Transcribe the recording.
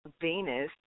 Venus